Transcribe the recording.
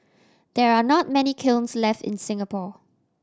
there are not many kilns left in Singapore